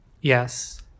Yes